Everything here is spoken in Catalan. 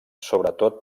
sobretot